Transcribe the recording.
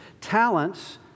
talents